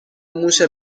موش